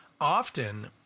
often